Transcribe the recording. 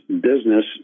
business